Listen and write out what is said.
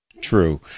True